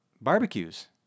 barbecues